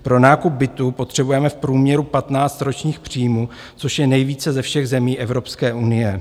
Pro nákup bytu potřebujeme v průměru 15 ročních příjmů, což je nejvíce ze všech zemí Evropské unie.